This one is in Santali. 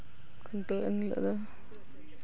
ᱠᱷᱩᱱᱴᱟᱹᱣ ᱩᱱᱦᱤᱞᱟᱹᱜ ᱫᱚ